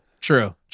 true